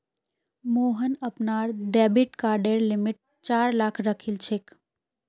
मोहन अपनार डेबिट कार्डेर लिमिट चार लाख राखिलछेक